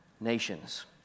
nations